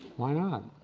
why not?